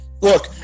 Look